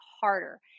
harder